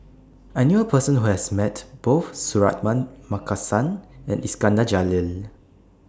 I knew A Person Who has Met Both Suratman Markasan and Iskandar Jalil